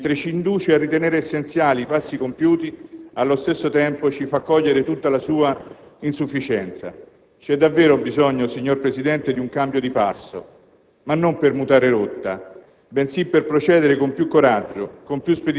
È la durezza di questo quadro che ci consegna una reale contraddizione: mentre ci induce a ritenere essenziali i passi compiuti, allo stesso tempo ci fa cogliere tutta la sua insufficienza. C'è davvero bisogno, signor Presidente, di un cambio di passo,